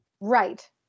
Right